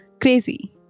crazy